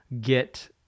get